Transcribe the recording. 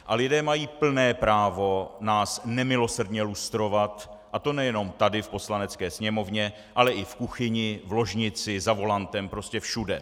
A lidé mají plné právo nás nemilosrdně lustrovat, a to nejenom tady v Poslanecké sněmovně, ale i v kuchyni, ložnici, za volantem, prostě všude.